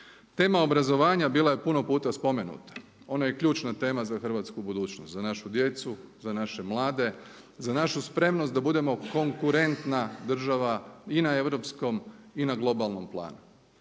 Tema obrazovanja bila je puno puta spomenuta. Ona je ključna tema za hrvatsku budućnost, za našu djecu, za naše mlade, za našu spremnost da budemo konkurentna država i na europskom i na globalnom planu.